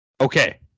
Okay